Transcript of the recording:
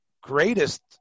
greatest